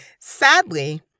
Sadly